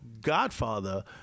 godfather